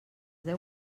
deu